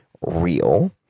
real